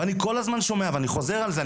ואני כל הזמן שומע ואני חוזר על זה,